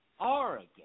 Oregon